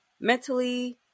mentally